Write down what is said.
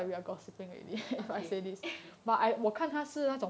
okay